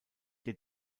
der